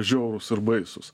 žiaurūs ir baisūs